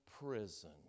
prison